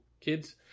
kids